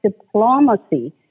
Diplomacy